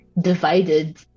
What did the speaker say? divided